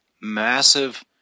massive